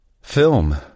Film